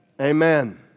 Amen